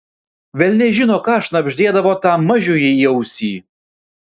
velniai žino ką šnabždėdavo tam mažiui į ausį